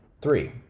Three